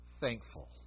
thankful